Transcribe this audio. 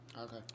Okay